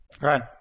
Right